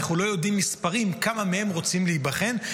אנחנו לא יודעים מספרים וכמה מהם רוצים להיבחן,